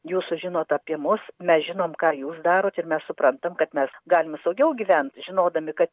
jūs sužinot apie mus mes žinom ką jūs darot ir mes suprantam kad mes galime saugiau gyvent žinodami kad